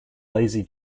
lazy